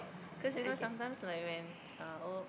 cause you know sometimes like when uh old